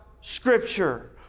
Scripture